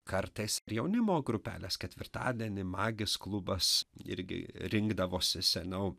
kartais ir jaunimo grupelės ketvirtadienį magis klubas irgi rinkdavosi seniau